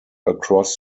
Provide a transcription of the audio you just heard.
across